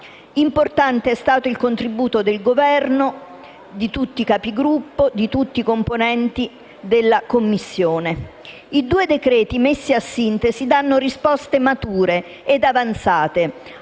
Importante è stato il contributo del Governo, di tutti i Capigruppo e di tutti i componenti della Commissione competente. I due decreti-legge, messi a sintesi, danno risposte mature ed avanzate,